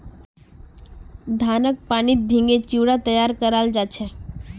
धानक पानीत भिगे चिवड़ा तैयार कराल जा छे